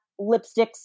lipsticks